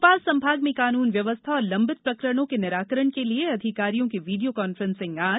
भोपाल संभाग में कानून व्यवस्था और लंबित प्रकरणों के निराकरण के लिए अधिकारियों की वीड़ियों कॉन्फ्रेसिंग आज